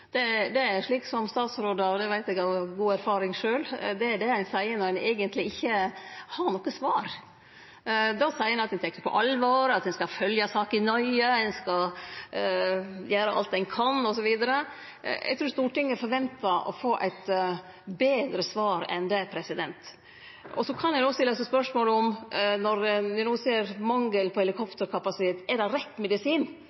Det er slikt som statsrådar – og det veit eg av god erfaring sjølv – seier når ein eigentleg ikkje har noko svar. Då seier ein at ein tek det på alvor, at ein skal følgje saka nøye, at ein skal gjere alt ein kan, osv. Eg trur Stortinget forventar å få eit betre svar enn det. Så kan ein òg, når ein no ser mangelen på helikopterkapasitet, stille spørsmålet om